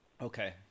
Okay